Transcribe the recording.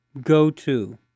go-to